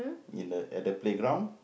in the at the playground